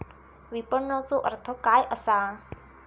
विपणनचो अर्थ काय असा?